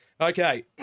Okay